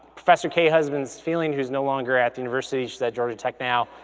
professor kaye husbands fealing, who's no longer at the university, she's at georgia tech now,